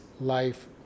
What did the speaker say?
life